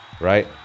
right